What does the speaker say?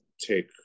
take